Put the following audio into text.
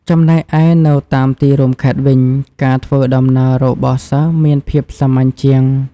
ចំណែកឯនៅតាមទីរួមខេត្តវិញ ការធ្វើដំណើររបស់សិស្សមានភាពសាមញ្ញជាង។